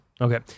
Okay